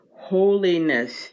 holiness